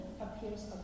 appears